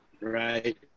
Right